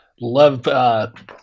love